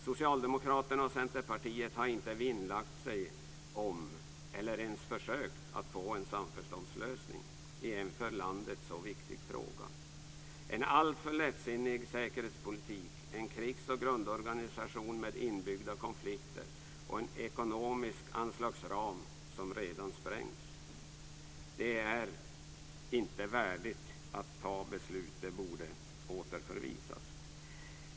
Socialdemokraterna och Centerpartiet har inte vinnlagt sig om, eller ens försökt, att få en samförståndslösning i en för landet så viktig fråga. Det handlar om en alltför lättsinnig säkerhetspolitik, en krigs och grundorganisation med inbyggda konflikter och en ekonomisk anslagsram som redan sprängts. Detta är inte värdigt att tas beslut om, utan det borde återförvisas. Fru talman!